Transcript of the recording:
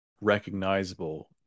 recognizable